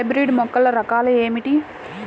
Hybrid మొక్కల రకాలు ఏమిటి?